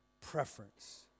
preference